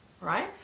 right